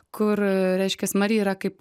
kur a reiškias marija yra kaip